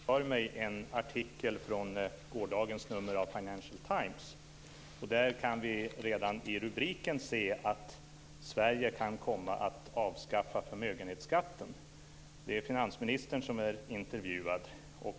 Herr talman! Framför mig har jag en artikel från gårdagens nummer av Financial Times. Där kan vi redan i rubriken se att Sverige kan komma att avskaffa förmögenhetsskatten. Det är finansministern som är intervjuad.